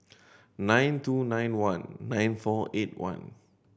nine two nine one nine four eight one